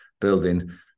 building